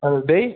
اَہن حظ بیٚیہِ